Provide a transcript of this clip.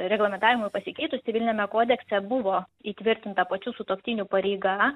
reglamentavimui pasikeitus civiliniame kodekse buvo įtvirtinta pačių sutuoktinių pareiga